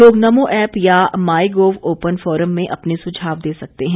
लोग नमो ऐप या MyGov open forum में अपने सुझाव दे सकते हैं